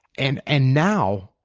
and and now,